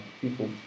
people